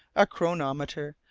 a chronometer,